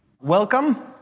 Welcome